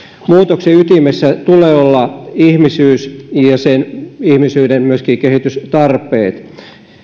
muutoksen ytimessä tulee olla ihmisyys ja myöskin sen ihmisyyden kehitystarpeet